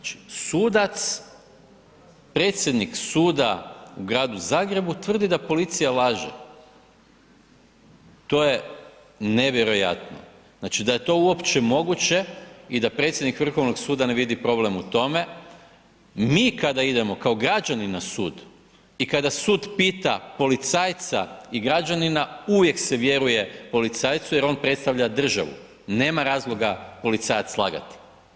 Znači sudac, predsjednik suda u gradu Zagrebu tvrdi da policija laže, to je nevjerojatno, znači da je to uopće moguće i da predsjednik Vrhovnog suda ne vidi problem u tome, mi kada idemo kao građani na sud i kada sud pita policajca i građanina, uvijek se vjeruje policajcu jer on predstavlja državu, nema razlog policajac lagati.